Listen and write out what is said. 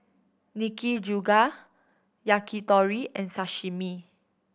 Nikujaga Yakitori and Sashimi